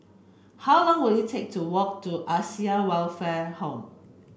how long will it take to walk to Acacia Welfare Home